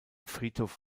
friedhof